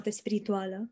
spiritual